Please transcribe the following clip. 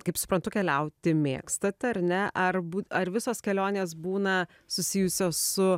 kaip suprantu keliauti mėgstat ar ne ar bū ar visos kelionės būna susijusios su